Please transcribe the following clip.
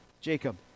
Jacob